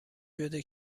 شده